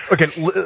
Okay